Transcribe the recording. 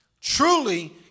Truly